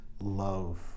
love